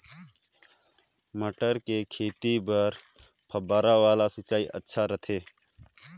मटर के खेती बर फव्वारा वाला सिंचाई अच्छा रथे?